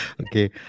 okay